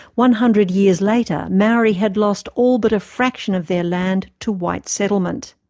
one hundred years later, maori had lost all but a fraction of their land to white settlement.